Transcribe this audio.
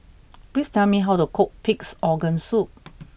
please tell me how to cook Pig'S Organ Soup